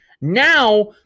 Now